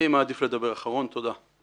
אני מעדיף לדבר אחרון, תודה.